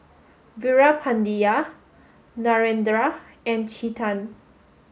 Veerapandiya Narendra and Chetan